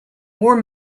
more